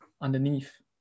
underneath